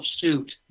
suit